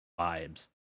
vibes